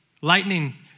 Lightning